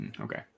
Okay